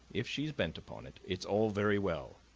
if she's bent upon it, it's all very well,